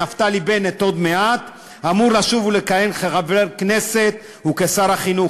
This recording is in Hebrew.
נפתלי בנט עוד מעט אמור לשוב ולכהן כחבר הכנסת וכשר החינוך.